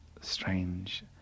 strange